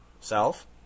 self